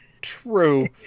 True